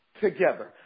together